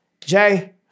Jay